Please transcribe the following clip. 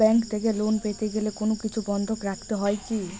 Bank থেকে loan পেতে গেলে কোনো কিছু বন্ধক রাখতে হয় কি?